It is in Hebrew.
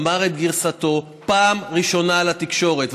ואמר את גרסתו פעם ראשונה לתקשורת.